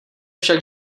však